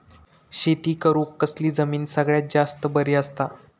शेती करुक कसली जमीन सगळ्यात जास्त बरी असता?